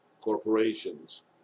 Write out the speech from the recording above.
corporations